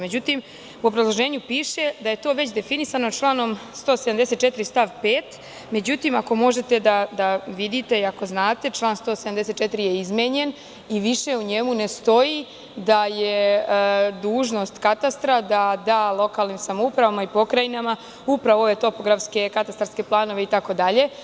Međutim, u obrazloženju piše, da je to već definisano članom 174. stav 5. Ako možete da vidite i ako znate, član 174. je izmenjen i više u njemu ne stoji da je dužnost katastra da da lokalnim samoupravama i pokrajinama upravo ove topografske, katastarske planove itd.